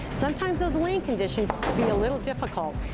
sometimes those lane conditions can be a little difficult.